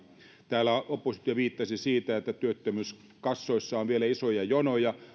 täällä oppositio viittasi siihen että työttömyyskassoissa on vielä isoja jonoja